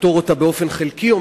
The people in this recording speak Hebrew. לפתור אותה אומנם באופן חלקי,